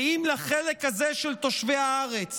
ואם לחלק הזה של תושבי הארץ